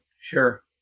Sure